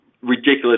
ridiculous